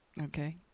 Okay